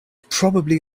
probably